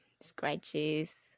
scratches